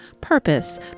purpose